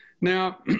Now